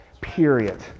Period